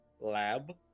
lab